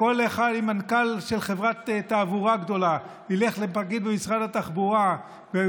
כל מנכ"ל של חברת תעבורה גדולה ילך לפקיד במשרד התחבורה והוא